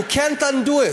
you can't undo it,